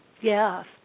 Yes